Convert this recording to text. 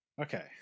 Okay